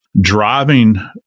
driving